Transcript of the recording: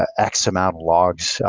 ah x-amount logs,